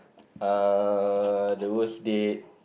uh the worst date